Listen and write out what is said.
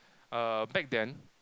uh back then